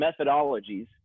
methodologies